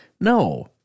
No